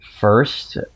first